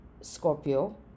Scorpio